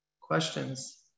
questions